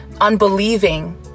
unbelieving